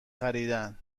خریدن